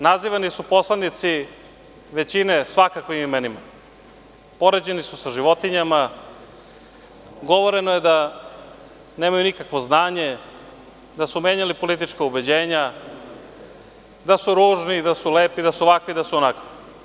Nazivani su poslanici većine svakavim imenima, poređeni su sa životinjama, nemaju nikakvo znanje, da su menjali politička ubeđenja, da su ružni, da su lepi, da su ovakvi, da su onakvi.